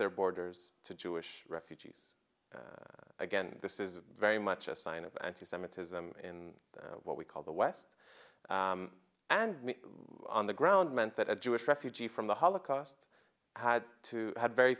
their borders to jewish refugees again this is very much a sign of anti semitism in what we call the west and me on the ground meant that a jewish refugee from the holocaust had to have very